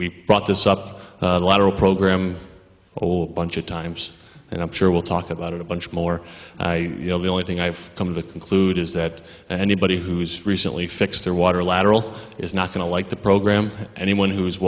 we brought this up lateral program whole bunch of times and i'm sure we'll talk about it a bunch more i know the only thing i've come to conclude is that anybody who's recently fixed their water lateral is not going to like the program anyone who is